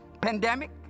pandemic